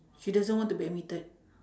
she doesn't want to admitted